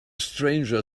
stranger